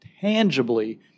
tangibly